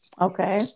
Okay